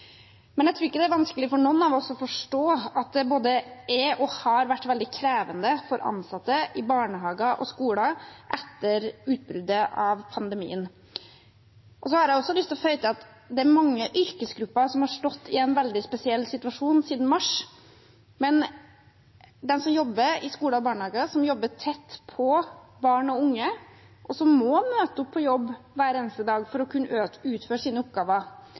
Men jeg tror ikke det er vanskelig for noen av oss å forstå at det både er og har vært veldig krevende for ansatte i barnehager og skoler etter utbruddet av pandemien. Jeg har også lyst til å føye til at det er mange yrkesgrupper som har stått i en veldig spesiell situasjon siden mars, men de som jobber i skoler og barnehager, som jobber tett på barn og unge, og som må møte opp på jobb hver eneste dag for å kunne utføre sine oppgaver,